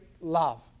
love